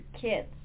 kids